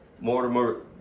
Mortimer